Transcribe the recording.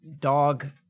dog